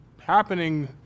happening